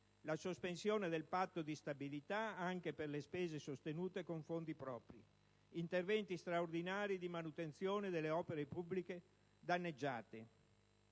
la sospensione del Patto di stabilità anche per le spese sostenute con fondi propri ed interventi straordinari di manutenzione delle opere pubbliche danneggiate.